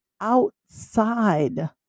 outside